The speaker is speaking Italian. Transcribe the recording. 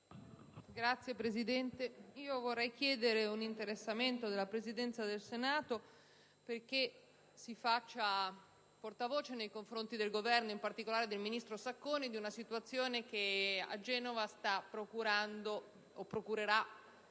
Signor Presidente, vorrei chiedere un interessamento della Presidenza del Senato perché si faccia portavoce nei confronti del Governo, ed in particolare del ministro Sacconi, di una situazione che a Genova sta procurando allarme